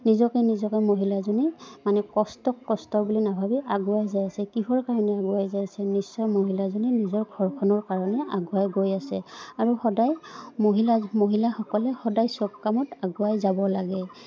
নিজকে নিজকে মহিলাজনী মানে কষ্টক কষ্ট বুলি নাভাবি আগুৱাই যাই আছে কিহৰ কাৰণে আগুৱাই যাই আছে নিশ্চয় মহিলাজনীয়ে নিজৰ ঘৰখনৰ কাৰণে আগুৱাই গৈ আছে আৰু সদায় মহিলা মহিলাসকলে সদায় চব কামত আগুৱাই যাব লাগে